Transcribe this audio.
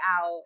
out